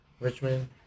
Richmond